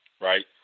right